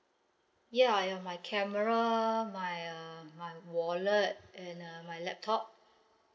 ya ya my camera my uh my wallet and uh my laptop